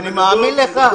אני מאמין לך.